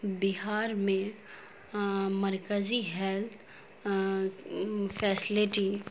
بہار میں مرکزی health facility